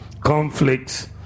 conflicts